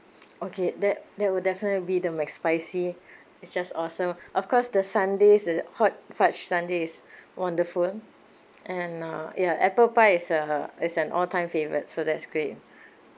okay that that will definitely be the mcspicy it's just awesome of course the sundae is the hot fudge sundae is wonderful and uh yeah apple pie is uh is an all time favourite so that's great